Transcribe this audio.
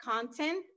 content